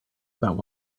about